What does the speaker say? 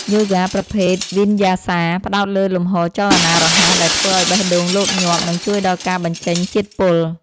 យូហ្គាប្រភេទ វីនយ៉ាសា ផ្ដោតលើលំហូរចលនារហ័សដែលធ្វើឱ្យបេះដូងលោតញាប់ និងជួយដល់ការបញ្ចេញជាតិពុល។